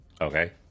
Okay